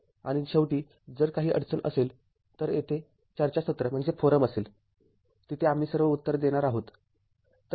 आणि शेवटीजर काही अडचण असेल तर तेथे चर्चासत्र असेल तिथे आम्ही सर्व उत्तरे देणार आहोत